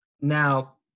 now